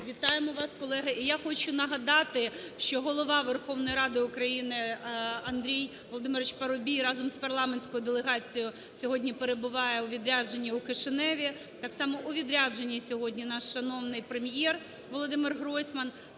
вітаємо вас, колеги. І я хочу нагадати, що Голова Верховної Ради України Андрій ВолодимировичПарубій разом з парламентською делегацією сьогодні перебуває у відрядженні у Кишиневі. Так само у відрядженні сьогодні наш шановний Прем'єр Володимир Гройсман.